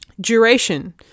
Duration